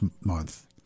month